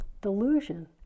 delusion